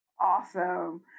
Awesome